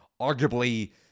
arguably